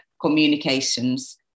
communications